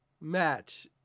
match